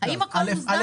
האם הכול מוסדר?